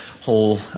whole